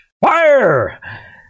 fire